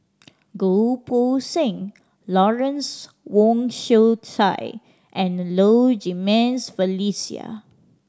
Goh Poh Seng Lawrence Wong Shyun Tsai and Low Jimenez Felicia